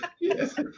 yes